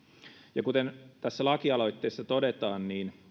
ja kuten tässä lakialoitteessa todetaan niin